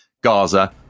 Gaza